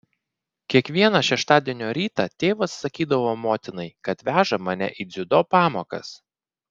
kiekvieną šeštadienio rytą tėvas sakydavo motinai kad veža mane į dziudo pamokas